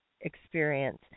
experience